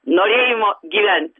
norėjimo gyvent